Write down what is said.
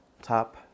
top